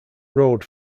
road